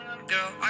Girl